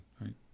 right